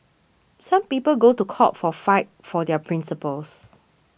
some people go to court for fight for their principles